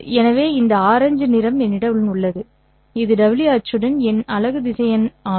எனவே இந்த ஆரஞ்சு நிறம் என்னிடம் உள்ளது இது w அச்சுடன் என் அலகு திசையன் ஆகும்